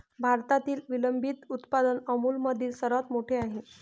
भारतातील विलंबित उत्पादन अमूलमधील सर्वात मोठे आहे